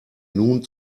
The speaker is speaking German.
nun